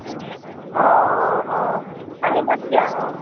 অঁ অঁ অঁ আহিব তেতিয়া অঁ